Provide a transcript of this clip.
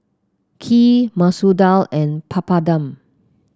Kheer Masoor Dal and Papadum